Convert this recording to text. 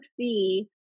see